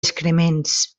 excrements